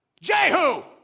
Jehu